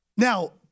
Now